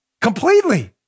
completely